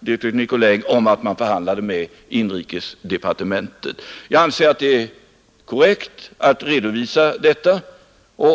direktör Nicolin om att man förhandlade med inrikesdepartementet. Jag anser det vara korrekt att redovisa det.